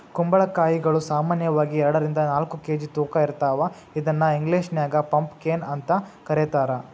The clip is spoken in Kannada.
ಕುಂಬಳಕಾಯಿಗಳು ಸಾಮಾನ್ಯವಾಗಿ ಎರಡರಿಂದ ನಾಲ್ಕ್ ಕೆ.ಜಿ ತೂಕ ಇರ್ತಾವ ಇದನ್ನ ಇಂಗ್ಲೇಷನ್ಯಾಗ ಪಂಪಕೇನ್ ಅಂತ ಕರೇತಾರ